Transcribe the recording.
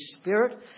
Spirit